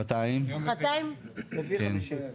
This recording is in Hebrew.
רביעי-חמישי.